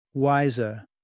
Wiser